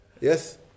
Yes